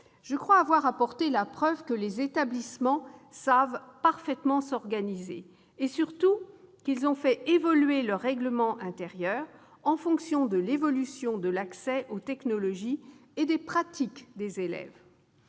Je crois avoir apporté la preuve que les établissements savent parfaitement s'organiser et, surtout, qu'ils ont modifié leur règlement intérieur en fonction de l'évolution de l'accès aux technologies et des pratiques des élèves.